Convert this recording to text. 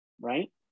right